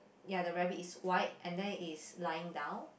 ya the rabbit is white and then it is lying down